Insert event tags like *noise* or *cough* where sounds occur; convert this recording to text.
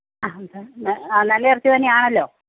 ആ *unintelligible* ന ആ നല്ല ഇറച്ചി തന്നെയാണല്ലോ